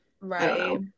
right